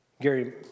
Gary